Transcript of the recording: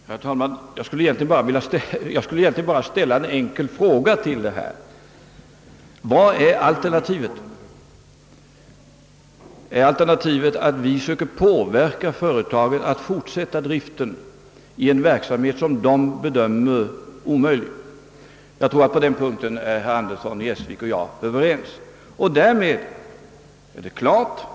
Herr talman! Jag skulle egentligen bara vilja ställa ytterligare en enkel fråga. Vad är alternativet? Är alternativet att vi söker påverka företaget att fortsätta att driva en verksamhet som företaget självt bedömer vara omöjlig? Jag tror att herr Andersson i Essvik och jag är överens på den punkten. Därmed är det klart.